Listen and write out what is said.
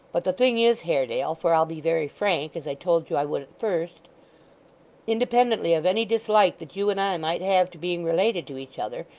but the thing is, haredale for i'll be very frank, as i told you i would at first independently of any dislike that you and i might have to being related to each other,